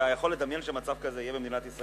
אתה יכול לדמיין שמצב כזה יהיה במדינת ישראל?